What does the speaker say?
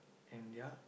and ya